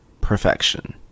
perfection